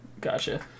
Gotcha